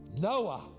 Noah